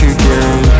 again